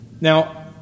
Now